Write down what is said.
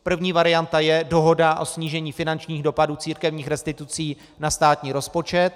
První varianta je dohoda o snížení finančních dopadů církevních restitucí na státní rozpočet.